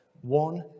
one